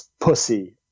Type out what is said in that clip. pussy